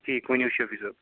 ٹھیٖک ؤنِو شیفی صٲب